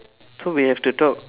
so we have to talk